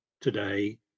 today